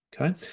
Okay